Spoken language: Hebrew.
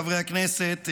חברי הכנסת,